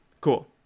cool